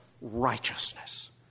righteousness